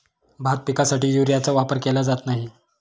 भात पिकासाठी युरियाचा वापर का केला जात नाही?